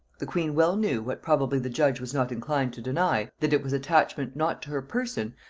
the queen well knew, what probably the judge was not inclined to deny, that it was attachment, not to her person,